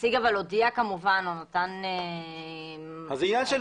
הנוכחי של אותן הוראות הוא בצו שהולך להתבטל ולא מאיזושהי סיבה עניינית.